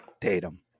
Tatum